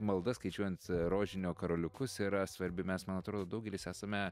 malda skaičiuojant rožinio karoliukus yra svarbi mes man atrodo daugelis esame